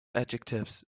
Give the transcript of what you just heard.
adjectives